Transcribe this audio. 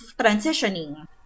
transitioning